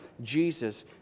Jesus